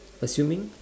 assuming